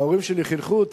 ההורים שלי חינכו אותי,